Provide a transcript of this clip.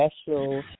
special